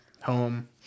home